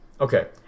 okay